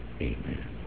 Amen